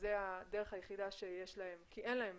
וזו הדרך היחידה שיש להם כי אין להם